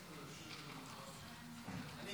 התשפ"ד 2024,